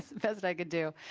the best i could do.